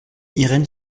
irène